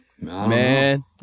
man